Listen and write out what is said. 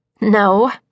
No